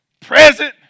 present